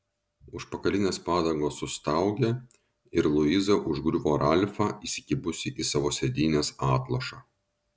užpakalinės padangos sustaugė ir luiza užgriuvo ralfą įsikibusi į savo sėdynės atlošą